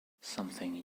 something